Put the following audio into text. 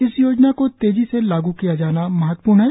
इस योजना को तेजी से लागू किया जाना महत्वपूर्ण है